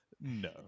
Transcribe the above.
no